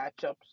matchups